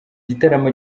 gitaramo